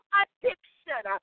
addiction